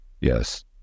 yes